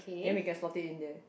then we can slot it in there